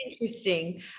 interesting